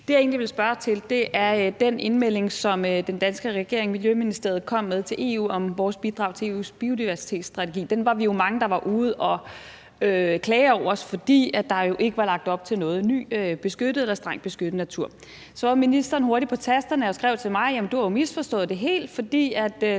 som jeg egentlig vil spørge til, er den indmelding, som den danske regering og Miljøministeriet kom med til EU om vores bidrag til EU's biodiversitetsstrategi. Den var vi jo mange der var ude at klage over, også fordi der ikke var lagt op til noget ny beskyttet eller strengt beskyttet natur. Så var ministeren hurtig på tasterne og skrev til mig: Du har jo misforstået det helt, for når